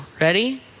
Ready